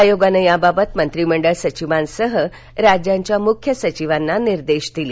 आयोगानं याबाबत मंत्री मंडळ सचिवांसह राज्यांच्या मुख्य सचिवांना निर्देश दिले